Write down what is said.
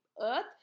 earth